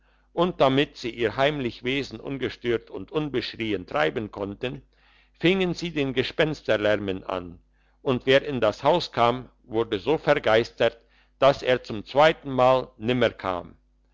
und damit sie ihr heimlich wesen ungestört und unbeschrien treiben konnten fingen sie den gespensterlärmen an und wer in das haus kam wurde so vergelstert dass er zum zweiten mal nimmer kam